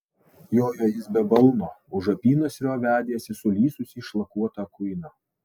jojo jis be balno už apynasrio vedėsi sulysusį šlakuotą kuiną